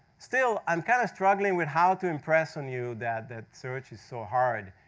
still, i'm kind of struggling with how to impress on you that that search is so hard.